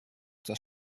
das